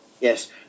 Yes